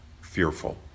fearful